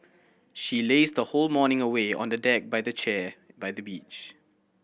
she lazed the whole morning away on a deck by the chair by the beach